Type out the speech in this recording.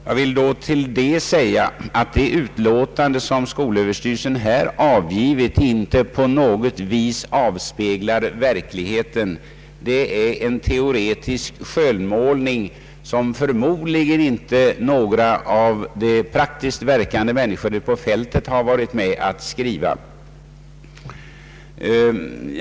Jag vill med anledning av detta säga att det yttrande som skolöverstyrelsen här avgett inte på något sätt avspeglar verkligheten — det är en teoretisk skönmålning som förmodligen inte några av de praktiskt verkande männi skorna ute på fältet varit med om att skriva.